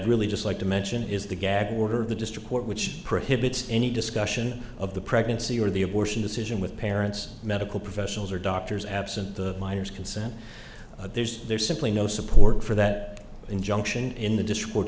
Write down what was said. really just like to mention is the gag order the district court which prohibits any discussion of the pregnancy or the abortion decision with parents medical professionals or doctors absent the minors consent of there's there's simply no support for that injunction in the dis